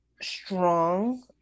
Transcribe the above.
strong